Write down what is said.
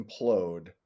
implode